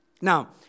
Now